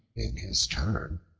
in his turn,